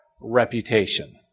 reputation